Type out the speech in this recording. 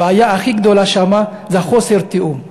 הבעיה הכי גדולה שם היא חוסר התיאום.